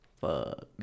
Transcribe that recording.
Fuck